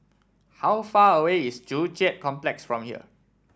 how far away is Joo Chiat Complex from here